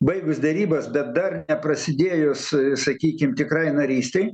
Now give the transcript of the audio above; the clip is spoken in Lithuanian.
baigus derybas dar dar neprasidėjus sakykim tikrai narystei